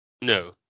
No